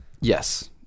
Yes